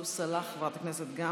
חבר הכנסת אנטאנס שחאדה,